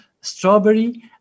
strawberry